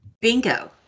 bingo